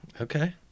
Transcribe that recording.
Okay